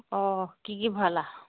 অঁ কি কি ভৰালা